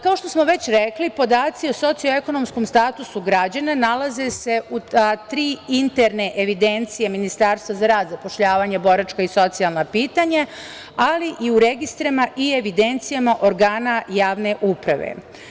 Kao što smo već rekli, podaci o socioekonomskom statusu građana nalaze se u tri interne evidencije Ministarstva za rad, zapošljavanje, boračka i socijalna pitanja, ali i u registrima i evidencijama organa javne uprave.